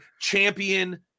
champion